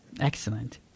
Excellent